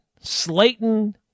Slayton